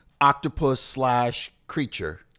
octopus-slash-creature